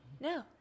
No